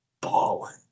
balling